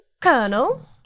Colonel